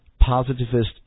positivist